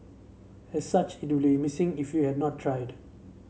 as such it missing if you have not tried